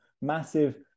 massive